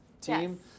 team